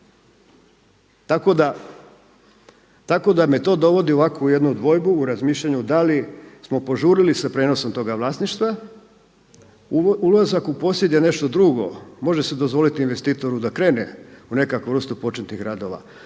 Tako da me to dovodi u ovakvu jednu dvojbu u razmišljanju da li smo požurili sa prijenosom toga vlasništva. Ulazak u posjed je nešto drugo, može se dozvoliti investitoru da krene u nekakvu vrstu početnih radova.